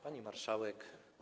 Pani Marszałek!